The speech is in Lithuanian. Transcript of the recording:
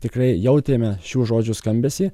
tikrai jautėme šių žodžių skambesį